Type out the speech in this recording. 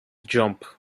jump